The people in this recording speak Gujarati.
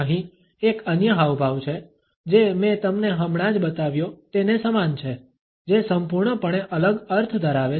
અહીં એક અન્ય હાવભાવ છે જે મેં તમને હમણાં જ બતાવ્યો તેને સમાન છે જે સંપૂર્ણપણે અલગ અર્થ ધરાવે છે